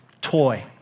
toy